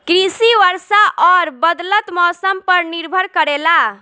कृषि वर्षा और बदलत मौसम पर निर्भर करेला